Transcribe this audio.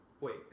wait